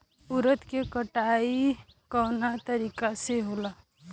उरद के कटाई कवना तरीका से होला?